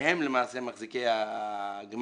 שהם למעשה מחזיקי הגמ"ח,